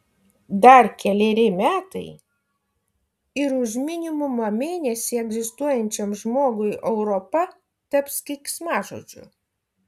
dar keleri metai ir už minimumą mėnesį egzistuojančiam žmogui europa taps keiksmažodžiu